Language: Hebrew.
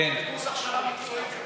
וקורס הכשרה מקצועית,